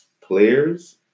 players